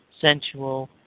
sensual